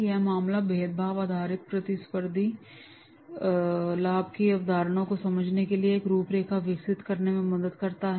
यह मामला भेदभाव आधारित प्रतिस्पर्धी लाभ की अवधारणा को समझने के लिए एक रूपरेखा विकसित करने में मदद करता है